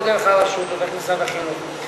או דרך הרשות או דרך משרד החינוך.